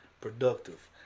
productive